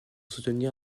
soutenir